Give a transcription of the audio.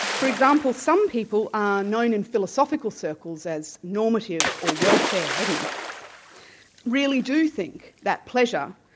for example, some people ah known in philosophical circles as normative or welfare hedonists really do think that pleasure,